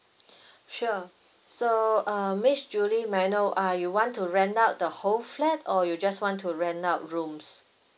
sure so uh miss julie may I know uh you want to rent out the whole flat or you just want to rent out rooms